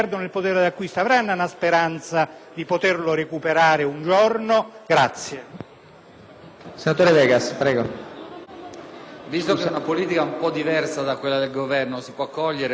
si tratta di una politica un po’ diversa da quella del Governo, si puo` accogliere come raccomandazione indicativa, ma prendendola molto con le molle.